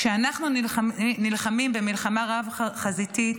כשאנחנו נלחמים במלחמה רב-חזיתית,